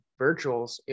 virtuals